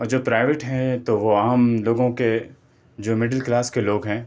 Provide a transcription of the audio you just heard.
اور جو پرائیویٹ ہیں تو وہ عام لوگوں کے جو مڈل کلاس کے لوگ ہیں